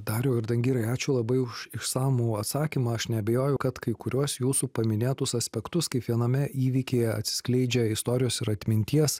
dariau ir dangirai ačiū labai už išsamų atsakymą aš neabejoju kad kai kuriuos jūsų paminėtus aspektus kaip viename įvykyje atsiskleidžia istorijos ir atminties